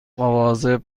مواظب